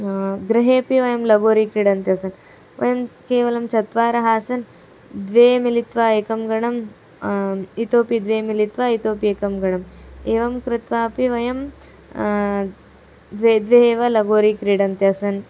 गृहेपि वयं लगोरी क्रीडन्त्यासन् वयं केवलं चत्वारः आसन् द्वे मिलित्वा एकं गणम् इतोपि द्वे मिलित्वा इतोपि एकं गणम् एवं कृत्वापि वयं द्वे द्वे एव लगोरी क्रीडन्त्यासन्